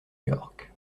york